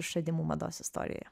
išradimų mados istorijoje